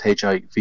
HIV